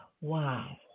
wow